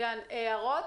יש הערות?